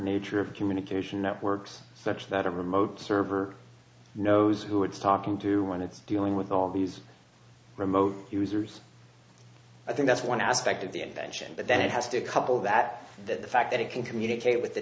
nature of communication networks such that a remote server knows who it's talking to when it's dealing with all these remote users i think that's one aspect of the invention but then it has to couple that that the fact that it can communicate with a